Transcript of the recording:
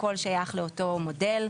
הכל שייך לאותו מודל,